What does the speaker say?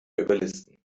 überlisten